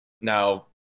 now